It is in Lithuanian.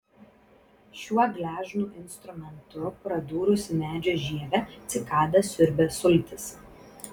šiuo gležnu instrumentu pradūrusi medžio žievę cikada siurbia sultis